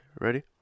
ready